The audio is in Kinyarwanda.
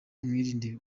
mwirinde